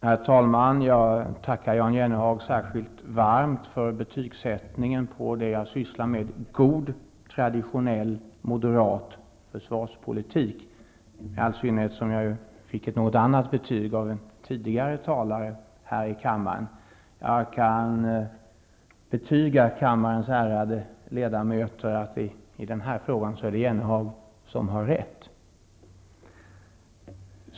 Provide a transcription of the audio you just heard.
Herr talman! Jag tackar Jan Jennehag särskilt varmt för betygsättningen av det jag sysslar med, ''god traditionell moderat försvarspolitik'' -- i all synnerhet som jag fick ett annat betyg av en tidigare talare här i kammaren. Jag kan försäkra kammarens ärade ledamöter att det i den frågan är Jennehag som har rätt.